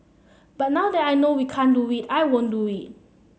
but now that I know we can't do it I won't do it